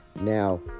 Now